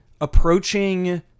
approaching